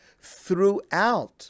throughout